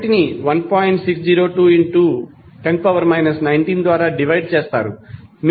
602 ∗ 10−19 ద్వారా డివైడ్ చేస్తారు